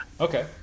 okay